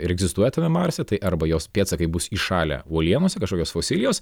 ir egzistuoja tame marse tai arba jos pėdsakai bus įšalę uolienose kažkokios fosilijos